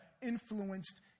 influenced